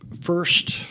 First